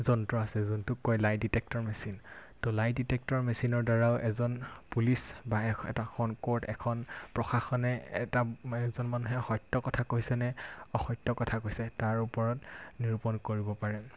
যন্ত্ৰ আছে যোনটোক কয় লাই ডিটেক্টৰ মেচিন ত' লাই ডিটেক্টৰ মেচিনৰ দ্বাৰাও এজন পুলিচ বা এটা এখন ক'ৰ্ট এখন প্ৰশাসনে এটা এজন মানুহে সত্য কথা কৈছেনে অসত্য কথা কৈছে তাৰ ওপৰত নিৰূপণ কৰিব পাৰে